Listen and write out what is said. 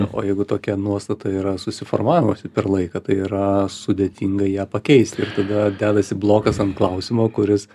o jeigu tokia nuostata yra susiformavusi per laiką tai yra sudėtinga ją pakeisti ir tada dedasi blokas ant klausimo kuris